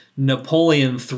napoleon